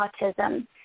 autism